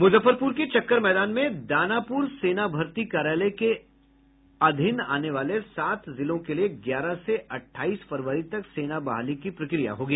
मुजफ्फरपुर के चक्कर मैदान में दानापुर सेना भर्ती कार्यालय एआरओ के अधीन आने वाले सात जिलों के लिए ग्यारह से अट्ठाईस फरवरी तक सेना बहाली की प्रक्रिया होगी